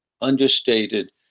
understated